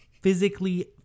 physically